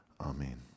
Amen